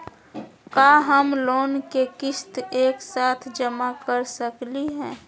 का हम लोन के किस्त एक साथ जमा कर सकली हे?